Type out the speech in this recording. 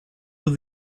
were